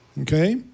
Okay